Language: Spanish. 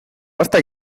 basta